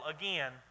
again